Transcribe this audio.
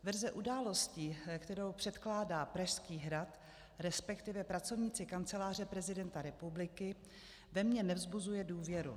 Verze události, kterou předkládá Pražský hrad, resp. pracovníci Kanceláře prezidenta republiky, ve mně nevzbuzuje důvěru.